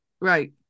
Right